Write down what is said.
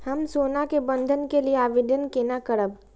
हम सोना के बंधन के लियै आवेदन केना करब?